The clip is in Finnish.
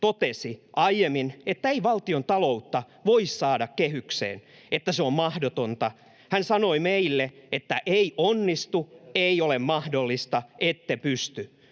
totesi aiemmin, että ei valtiontaloutta voi saada kehykseen, se on mahdotonta. Hän sanoi meille, että ei onnistu, ei ole mahdollista, ette pysty.